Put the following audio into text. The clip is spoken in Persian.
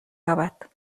یابد